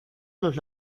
los